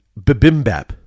Bibimbap